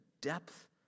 depth